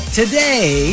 today